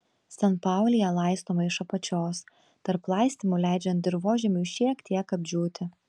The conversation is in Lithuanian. sanpaulija laistoma iš apačios tarp laistymų leidžiant dirvožemiui šiek tiek apdžiūti